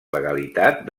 legalitat